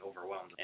overwhelmed